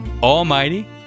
Almighty